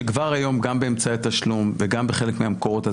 שכבר היום גם באמצעי התשלום וגם בחלק מהמקורות.